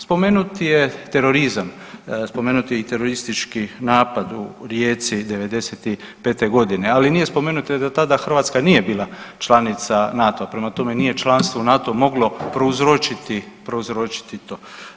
Spomenut je i terorizam, spomenut je i teroristički napad u Rijeci '95.g., ali nije spomenuto da tada Hrvatska nije bila članica NATO-a, prema tome nije članstvo u NATO-u moglo prouzročiti to.